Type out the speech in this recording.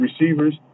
receivers